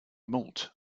malt